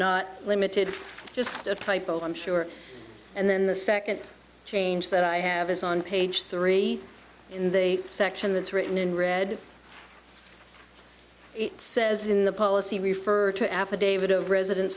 not limited to just a typo i'm sure and then the second change that i have is on page three in the section that's written in red it says in the policy refer to affidavit of residence